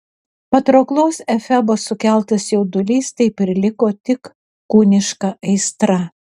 patrauklaus efebo sukeltas jaudulys taip ir liko tik kūniška aistra